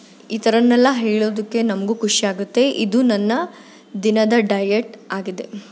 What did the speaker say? ಈ ಥರನ್ನೆಲ್ಲ ಹೇಳೋದಕ್ಕೆ ನಮಗೂ ಖುಷಿ ಆಗುತ್ತೆ ಇದು ನನ್ನ ದಿನದ ಡಯೆಟ್ ಆಗಿದೆ